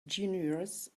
generous